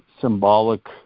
symbolic